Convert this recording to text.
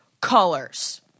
colors